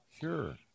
sure